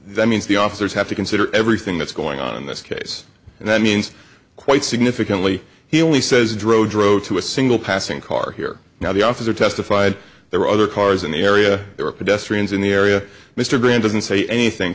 that means the officers have to consider everything that's going on in this case and that means quite significantly he only says dro drove to a single passing car here now the officer testified there were other cars in the area they were pedestrians in the area mr grant doesn't say anything